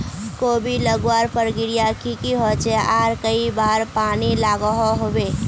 कोबी लगवार प्रक्रिया की की होचे आर कई बार पानी लागोहो होबे?